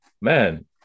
man